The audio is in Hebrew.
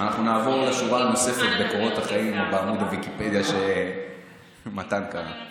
אנחנו נעבור לשורה הנוספת בקורות החיים או בעמוד הוויקיפדיה שמתן קרא.